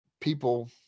people